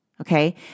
Okay